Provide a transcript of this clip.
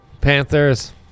Panthers